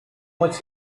much